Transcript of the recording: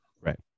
Right